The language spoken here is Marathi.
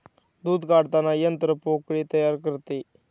दूध काढताना यंत्र पोकळी तयार करते